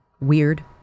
weird